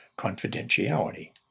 confidentiality